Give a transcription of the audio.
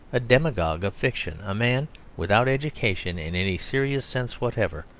a demagogue of fiction, a man without education in any serious sense whatever,